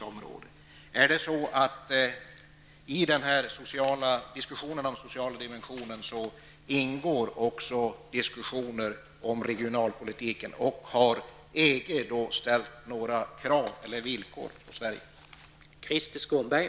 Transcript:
Ingår också diskussionen om regionalpolitik i denna diskussion om den sociala dimensionen, och har EG ställt några krav eller villkor på Sverige?